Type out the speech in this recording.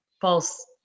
false